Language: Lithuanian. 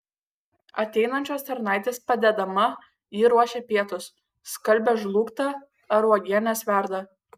ateinančios tarnaitės padedama ji ruošia pietus skalbia žlugtą ar uogienes verda